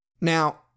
Now